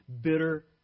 bitter